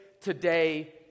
today